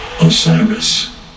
Osiris